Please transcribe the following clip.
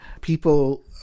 people